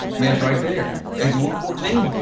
man's right there fourteen.